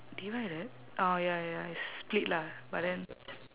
divided orh ya ya it's split lah but then